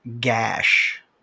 gash